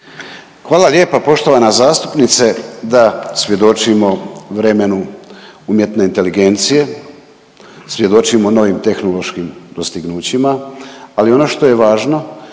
Hvala lijepa poštovana zastupnice, da svjedočimo vremenu umjetne inteligencije, svjedočimo novim tehnološkim dostignućima, ali ono što je važno,